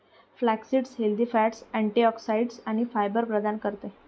flaxseed healthy fats, antioxidants आणि fibre प्रदान करते